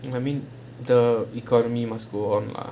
I mean the economy must go on lah